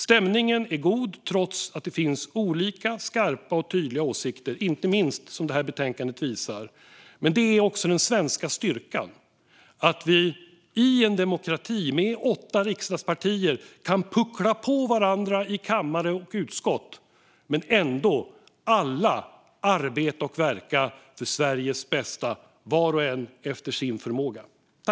Stämningen är god, trots att det finns olika skarpa och tydliga åsikter, vilket inte minst det här betänkandet visar. Men detta är också den svenska styrkan - att vi i en demokrati med åtta riksdagspartier kan puckla på varandra i kammare och utskott men ändå alla arbeta och verka för Sveriges bästa, var och en efter sin förmåga.